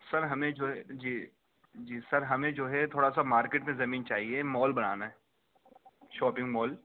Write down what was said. سر ہمیں جو ہے جی جی سر ہمیں جو ہے تھوڑا سا مارکیٹ میں زمین چاہیے مال بنانا ہے شاپنگ مال